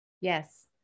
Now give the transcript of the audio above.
yes